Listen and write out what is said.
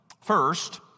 First